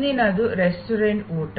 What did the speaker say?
ಮುಂದಿನದು ರೆಸ್ಟೋರೆಂಟ್ ಊಟ